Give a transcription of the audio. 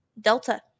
Delta